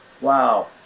wow